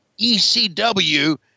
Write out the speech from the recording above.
ECW